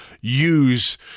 use